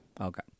Okay